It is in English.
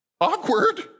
Awkward